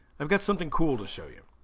i've got something cool to show you